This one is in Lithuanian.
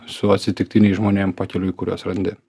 su atsitiktiniais žmonėm pakeliui kuriuos randi